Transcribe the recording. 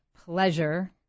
pleasure